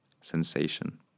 sensation